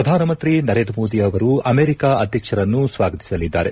ಪ್ರಧಾನಮಂತ್ರಿ ನರೇಂದ್ರ ಮೋದಿ ಅವರು ಅಮೆರಿಕ ಅಧ್ಯಕ್ಷರನ್ನು ಸ್ವಾಗತಿಸಲಿದ್ದಾರೆ